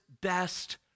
best